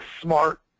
Smart